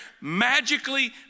magically